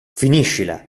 finiscila